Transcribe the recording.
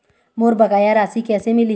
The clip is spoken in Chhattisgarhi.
मोर बकाया राशि कैसे मिलही?